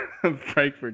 Frankfurt